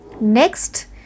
Next